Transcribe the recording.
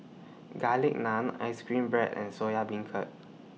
Garlic Naan Ice Cream Bread and Soya Beancurd